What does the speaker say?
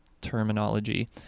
terminology